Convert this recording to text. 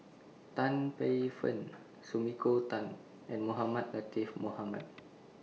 Tan Paey Fern Sumiko Tan and Mohamed Latiff Mohamed